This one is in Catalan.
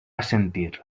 assentir